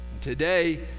Today